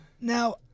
Now